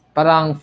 Parang